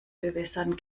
bewässern